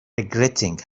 regretting